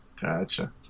gotcha